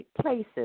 Places